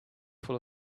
full